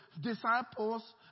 disciples